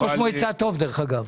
ראש מועצה טוב, דרך-אגב.